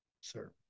Sir